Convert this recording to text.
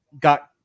got